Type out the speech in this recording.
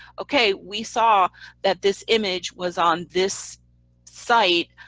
okay we saw that this image was on this site